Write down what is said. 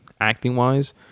acting-wise